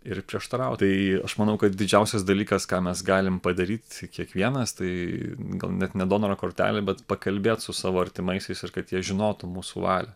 ir prieštaraut tai aš manau kad didžiausias dalykas ką mes galim padaryt kiekvienas tai gal net ne donoro kortelė bet pakalbėt su savo artimaisiais ir kad jie žinotų mūsų valią